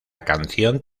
canción